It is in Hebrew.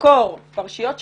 לחקור פרשיות שחיתות.